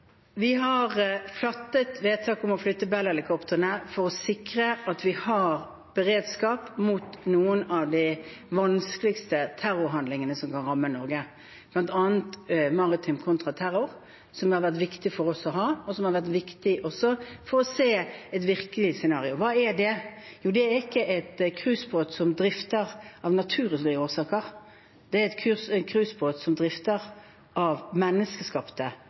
Vi har fattet vedtak om å flytte Bell-helikoptrene for å sikre at vi har beredskap mot noen av de vanskeligste terrorhandlingene som kan ramme Norge. Det gjelder bl.a. maritim kontraterrorvirksomhet, som det har vært viktig for oss å ha, og som har vært viktig for å se et virkelig scenario. Hva er det? Det er ikke en cruisebåt som kommer i drift av naturlige årsaker – det er en cruisebåt som kommer i drift av menneskeskapte